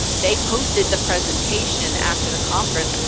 they posted the presentation after the conference,